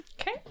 Okay